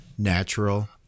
Natural